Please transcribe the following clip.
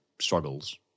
struggles